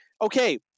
okay